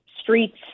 streets